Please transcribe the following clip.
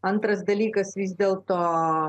antras dalykas vis dėl to